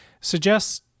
suggest